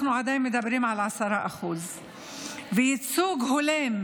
אנחנו עדיין מדברים על 10% וייצוג ההולם